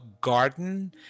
garden